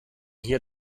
hier